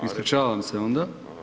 Ispričavam se onda.